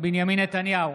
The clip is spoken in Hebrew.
בנימין נתניהו,